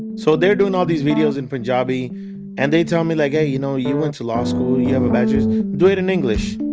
so they're doing all these videos in punjabi and they tell me, like, hey, you know, you went to law school, you have a bachelors do it in english.